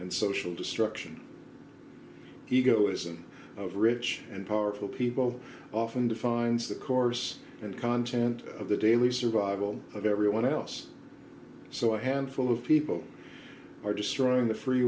and social destruction ego isn't rich and powerful people often defines the course and content of the daily survival of everyone else so handful of people are destroying the free